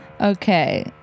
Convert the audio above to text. Okay